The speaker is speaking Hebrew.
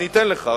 אני אתן לך,